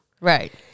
Right